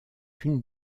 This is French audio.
une